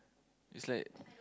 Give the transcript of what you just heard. it's like